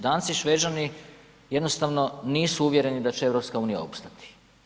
Danci i Šveđani, jednostavno nisu uvjereni da će EU opstati.